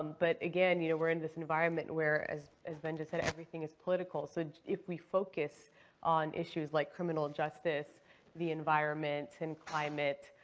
um but again, you know, we're in this environment where, as as ben just said, everything is political. so if we focus on issues like criminal justice the environment, and climate,